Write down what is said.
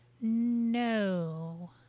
No